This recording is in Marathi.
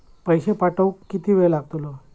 पैशे पाठवुक किती वेळ लागतलो?